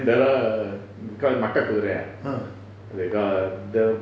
uh